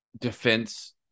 defense